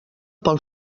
pel